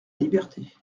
liberté